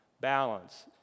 balance